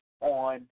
on